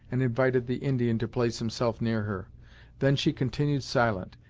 and invited the indian to place himself near her then she continued silent,